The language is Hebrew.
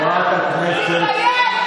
תתבייש.